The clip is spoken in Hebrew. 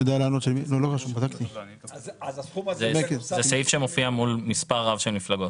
אז הסכום הזה --- זה סעיף שמופיע מול מספר רב של מפלגות,